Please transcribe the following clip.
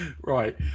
Right